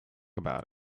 about